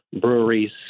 breweries